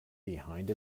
behind